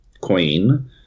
Queen